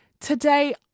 Today